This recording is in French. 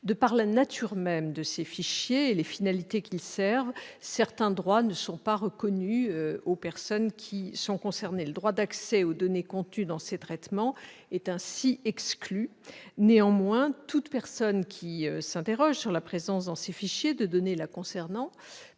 De par la nature même de ces fichiers et les finalités qu'ils servent, certains droits ne sont pas reconnus aux personnes concernées. Le droit d'accès aux données contenues dans ces traitements est ainsi exclu. Néanmoins, toute personne qui s'interroge sur la présence dans ces fichiers de données la concernant